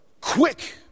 quick